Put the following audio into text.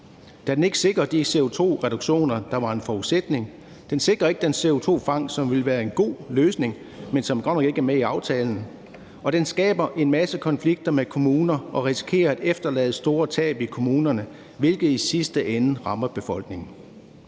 da den ikke sikrer de CO2-reduktioner, der var en forudsætning. Den sikrer ikke den CO2-fangst, som ville være en god løsning, men som godt nok ikke er med i aftalen. Og den skaber en masse konflikter med kommuner og risikerer at efterlade store tab i kommunerne, hvilket i sidste ende rammer befolkningen.